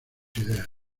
ideas